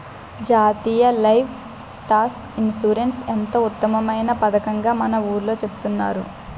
జాతీయ livestock insurance ఎంతో ఉత్తమమైన పదకంగా మన ఊర్లో చెబుతున్నారు